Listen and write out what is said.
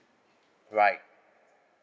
right